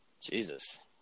jesus